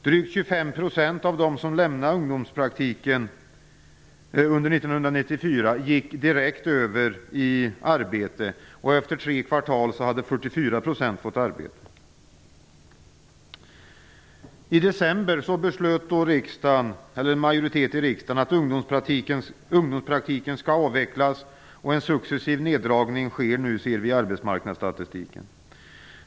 Drygt 25 % av dem som lämnade ungdomspraktiken under 1994 gick direkt över i arbete och efter tre kvartal hade 44 % fått arbete. I december beslöt en majoritet i riksdagen att ungdomspraktiken skall avvecklas. En successiv neddragning sker nu, ser vi i arbetsmarknadsstatistiken.